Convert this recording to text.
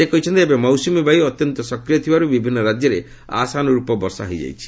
ସେ କହିଛନ୍ତି ଏବେ ମୌସୁମୀ ବାୟୁ ଅତ୍ୟନ୍ତ ସକ୍ରିୟ ଥିବାରୁ ବିଭିନ୍ନ ରାଜ୍ୟରେ ଆଶାନୁର୍ପ ବର୍ଷା ହୋଇଯାଇଛି